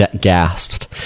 gasped